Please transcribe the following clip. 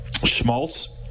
Schmaltz